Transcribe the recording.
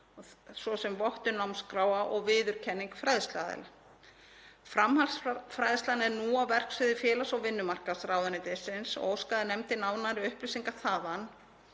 svo sem vottun námskráa og viðurkenning fræðsluaðila. Framhaldsfræðslan er nú á verksviði félags- og vinnumarkaðsráðuneytisins og óskaði nefndin nánari upplýsingar þaðan.